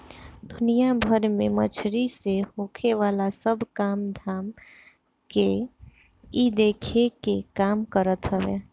दुनिया भर में मछरी से होखेवाला सब काम धाम के इ देखे के काम करत हवे